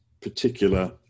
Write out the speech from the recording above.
particular